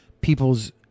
people's